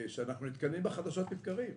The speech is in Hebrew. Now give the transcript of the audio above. שאנחנו נתקלים בה חדשות לבקרים,